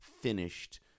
finished